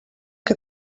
que